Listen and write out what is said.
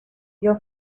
your